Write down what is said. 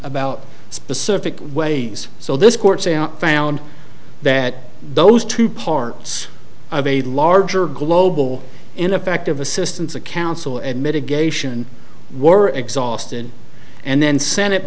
about specific ways so this court's found that those two parts of a larger global ineffective assistance of counsel and mitigation were exhausted and then send it